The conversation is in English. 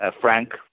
Frank